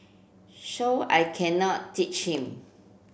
so I cannot teach him